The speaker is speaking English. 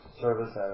service